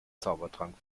zaubertrank